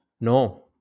No